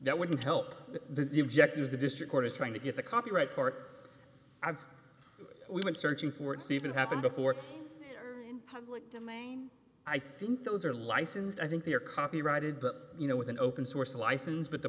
that wouldn't help the object is the district court is trying to get the copyright part i've been searching for it's even happened before public domain i think those are licensed i think they are copyrighted but you know with an open source license but the